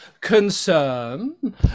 concern